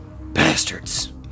Bastards